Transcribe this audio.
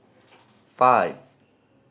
five